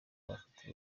bafite